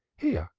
here,